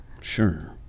Sure